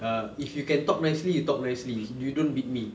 ah if you can talk nicely you talk nicely you don't beat me